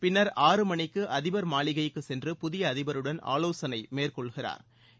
பின்னர் ஆறு மணிக்கு அதிபர் மாளிகைக்கு சென்று புதிய அதிபருடன் ஆவோசனை மேற்கொள்கிறா்